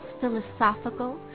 philosophical